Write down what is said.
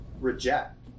reject